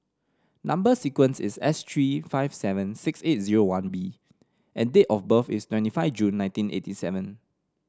number sequence is S three five seven six eight zero one B and date of birth is twenty five June nineteen eighty seven